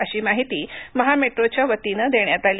अशीमाहिती महामेट्रोच्या वतीनं देण्यात आली